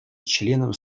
членом